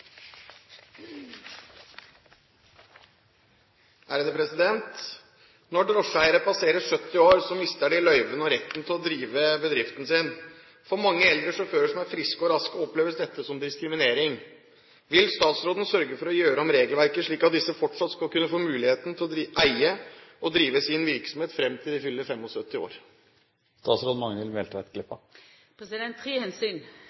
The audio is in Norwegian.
å drive bedriften sin. For mange eldre sjåfører som er friske og raske, oppleves dette som diskriminering. Vil statsråden sørge for å gjøre om regelverket, slik at disse fortsatt skal kunne få muligheten til å eie og drive sin virksomhet frem til de fyller 75 år?»